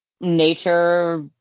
nature